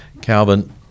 Calvin